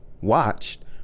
watched